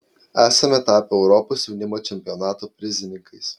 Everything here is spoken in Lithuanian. esame tapę europos jaunimo čempionato prizininkais